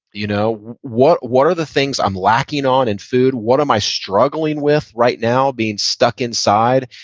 you know what what are the things i'm lacking on in food? what am i struggling with right now, being stuck inside?